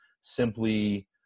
simply